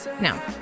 No